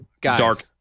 dark